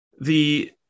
the-